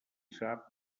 sap